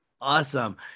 Awesome